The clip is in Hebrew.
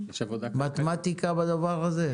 יש מתמטיקה בדבר הזה?